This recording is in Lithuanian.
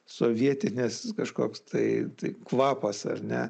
sovietinis kažkoks tai tai kvapas ar ne